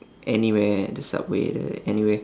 anywhere at the subway like that anywhere